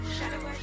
Shadow